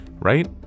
Right